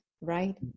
right